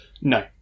No